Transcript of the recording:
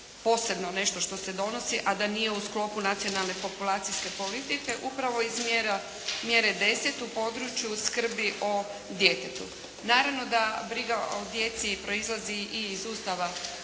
posebno nešto što se donosi, a da nije u sklopu nacionalne populacijske politike, upravo iz mjere 10. u području skrbi o djetetu. Naravno da briga o djeci proizlazi i iz Ustava